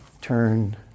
Turn